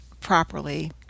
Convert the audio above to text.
properly